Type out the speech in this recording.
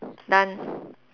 done